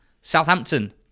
Southampton